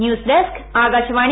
news desk Akashvani